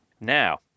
Now